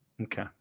okay